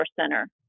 Center